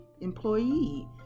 employee